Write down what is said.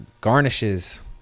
garnishes